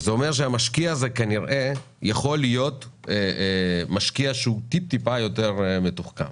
זה אומר שהמשקיע הזה, יכול להיות קצת יותר מתוחכם.